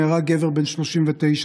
נהרג גבר בן 39,